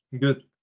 Good